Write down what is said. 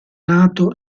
nato